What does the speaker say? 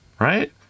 right